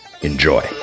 Enjoy